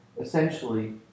essentially